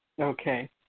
okay